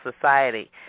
Society